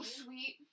sweet